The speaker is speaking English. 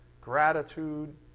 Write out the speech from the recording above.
gratitude